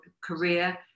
career